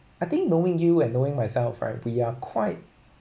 I think knowing you and knowing myself right we are quite